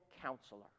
Counselor